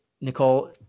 Nicole